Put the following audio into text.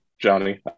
Johnny